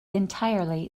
entirely